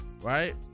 Right